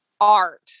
Art